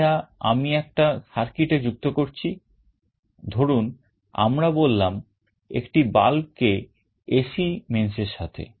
এটা আমি একটা circuit এ যুক্ত করছি ধরুন আমরা বললাম একটি bulb কে AC mains এর সাথে